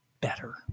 better